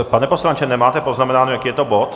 Pane poslanče, nemáte poznamenáno, jaký je to bod?